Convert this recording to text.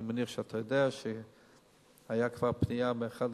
אני מניח שאתה יודע שהיתה כבר פנייה מאחד